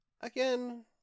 again